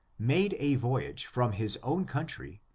made a voyage from his own country,